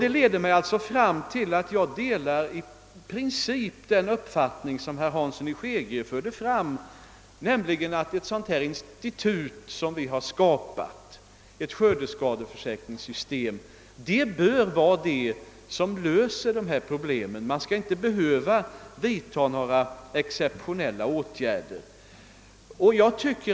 Detta leder fram till att jag i princip delar den uppfattning som herr Hansson i Skegrie har fört fram, nämligen att ett sådant institut som vi har skapat, ett skördeskadeförsäkringssystem, bör kunna lösa dessa problem. Man skall inte behöva vidta några exceptionella åtgärder.